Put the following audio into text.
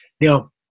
Now